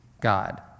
God